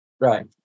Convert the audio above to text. Right